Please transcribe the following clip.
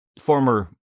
former